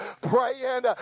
Praying